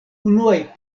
unuaj